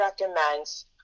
recommends